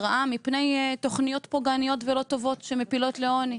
התרעה מפני תוכניות פוגעניות ולא טובות שמפילות לעוני.